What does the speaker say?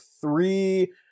three